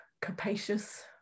capacious